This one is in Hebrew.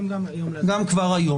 יכולים גם כבר היום.